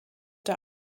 der